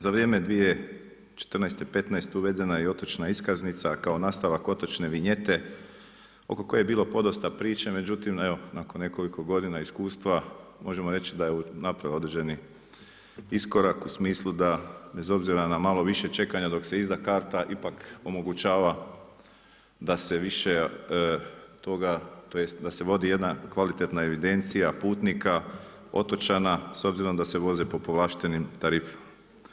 Za vrijeme 2014., 2015. uvedena je i otočna iskaznica kao nastavak otočne vinjete oko koje je bilo podosta priče, međutim nakon nekoliko godina iskustva, možemo reći da je napravila određeni iskorak u smislu da bez obzira na malo više čekanja dok se izda karta, ipak omogućava da se više toga tj. da se vodi jedna kvalitetna evidencija putnika otočana s obzirom da se voze po povlaštenoj tarifi.